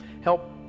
help